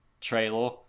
trailer